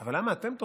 אבל למה אתם טורחים?